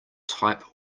type